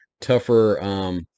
tougher